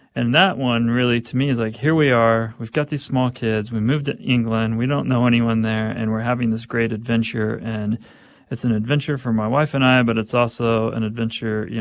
and that one really, to me, is like, here we are. we've got these small kids. we moved to england. we don't know anyone there. and we're having this great adventure. and it's an adventure for my wife and i, but it's also an adventure, you